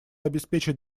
обеспечить